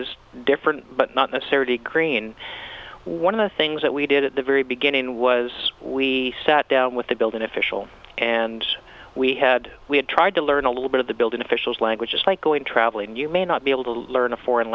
is different but not necessarily green one of the things that we did at the very beginning was we sat down with the building official and we had we had tried to learn a little bit of the building officials languages like going travelling you may not be able to learn a foreign